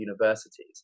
universities